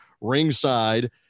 ringside